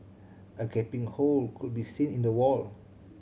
a gaping hole could be seen in the wall